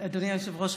אדוני היושב-ראש,